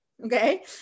Okay